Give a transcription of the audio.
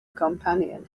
companion